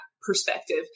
perspective